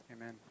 amen